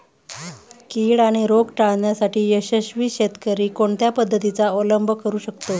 कीड आणि रोग टाळण्यासाठी यशस्वी शेतकरी कोणत्या पद्धतींचा अवलंब करू शकतो?